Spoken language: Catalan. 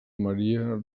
maria